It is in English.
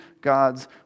God's